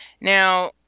now